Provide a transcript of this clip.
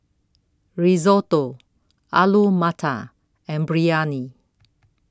Risotto Alu Matar and Biryani